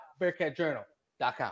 BearcatJournal.com